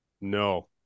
No